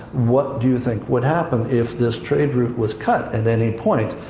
what do you think would happen if this trade route was cut at any point,